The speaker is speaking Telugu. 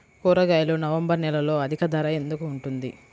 కూరగాయలు నవంబర్ నెలలో అధిక ధర ఎందుకు ఉంటుంది?